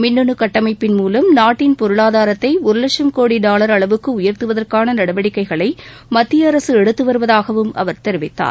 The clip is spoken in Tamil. மின்னு சட்டமைப்பின் மூலம் நாட்டின் பொருளாதாரத்தை ஒரு வட்சம் கோடி டாவர் அளவுக்கு உயர்த்துவதற்கான நடவடிக்கைகளை மத்திய அரசு எடுத்துவருவதாகவும் அவர் தெரிவித்தார்